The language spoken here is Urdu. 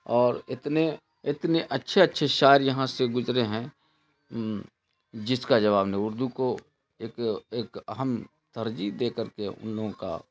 اور اتنے اتنے اچھے اچھے شاعر یہاں سے گزرے ہیں جس کا جواب نہیں اردو کو ایک ایک اہم ترجیح دے کر کے ان لوگوں کا